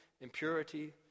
impurity